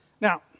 Now